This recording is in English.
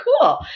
cool